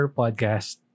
podcast